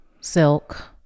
silk